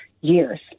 years